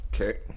Okay